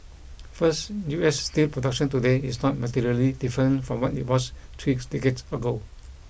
first US steel production today is not materially different from what it was three decades ago